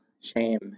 shame